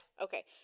Okay